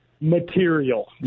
material